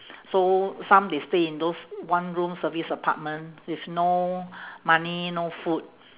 so some they stay in those one room service apartment with no money no food